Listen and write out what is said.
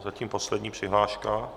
Zatím poslední přihláška.